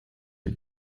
are